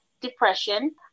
depression